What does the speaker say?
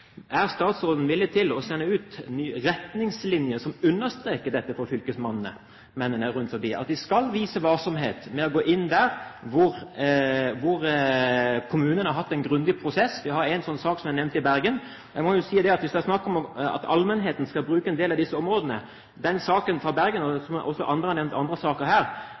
de skal vise varsomhet med å gå inn der hvor kommunen har hatt en grundig prosess? Vi har en slik sak som jeg nevnte, i Bergen. Jeg må si at hvis det er snakk om at allmennheten skal bruke en del av disse områdene, som i den saken fra Bergen, og også i andre saker som noen har nevnt